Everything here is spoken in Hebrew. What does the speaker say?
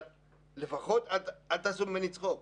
אבל לפחות אל תעשו ממני צחוק.